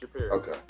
Okay